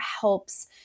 helps